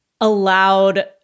allowed